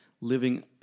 living